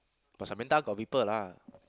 but Samantha got people lah